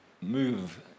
move